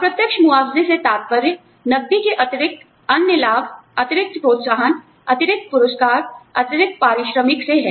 अप्रत्यक्ष मुआवजे से तात्पर्य नगदी के अतिरिक्त अन्य लाभ अतिरिक्त प्रोत्साहन अतिरिक्त पुरस्कार अतिरिक्त पारिश्रमिक से है